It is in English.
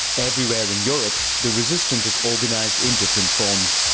everywhere in europe, the resistance is organized in different forms.